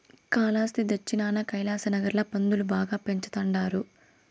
కాలాస్త్రి దచ్చినాన కైలాసనగర్ ల పందులు బాగా పెంచతండారు